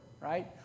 right